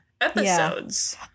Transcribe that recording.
episodes